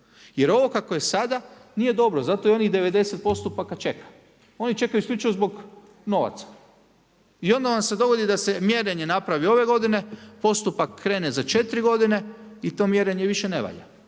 Jer ovo kako je sada, nije dobro. Zato i onih 90 postupaka čeka. Oni čekaju isključivo zbog novaca. I onda vam se dogodi da se mjerenje napravi ove godine, postupak krene za 4 godine i to mjerenje više ne valja.